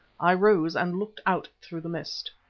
i rose and looked out through the mist.